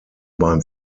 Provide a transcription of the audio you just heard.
beim